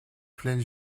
pleine